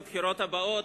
בבחירות הבאות,